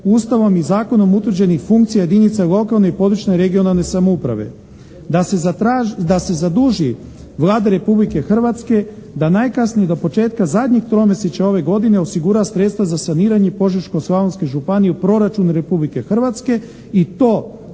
Ustavom i zakonom utvrđenih funkcija jedinica lokalne i područne (regionalne) samouprave. Da se zaduži Vlada Republike Hrvatske da najkasnije do početka zadnjeg tromjesečja ove godine osigura sredstva za saniranje Požeško-slavonske županije u proračun Republike Hrvatske i to ili